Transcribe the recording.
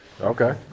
Okay